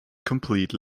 complete